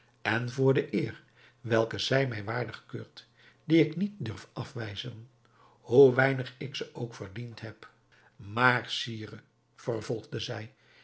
en voor de eer welke zij mij waardig keurt die ik niet durf afwijzen hoe weinig ik ze ook verdiend heb maar sire vervolgde zij